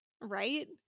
right